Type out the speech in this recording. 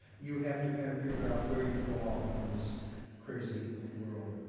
you have to kind of figure out where you fall in this crazy world.